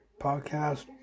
podcast